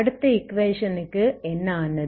அடுத்த ஈக்குவேஷன் க்கு என்ன ஆனது